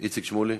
איציק שמולי,